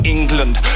England